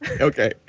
Okay